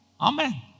Amen